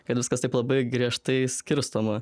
kad viskas taip labai griežtai skirstoma